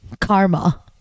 karma